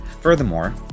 Furthermore